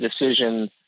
decision